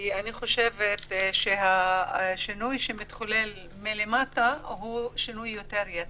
אני חושבת שהשינוי שמתחולל מלמטה הוא שינוי יותר יציב.